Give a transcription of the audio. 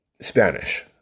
Spanish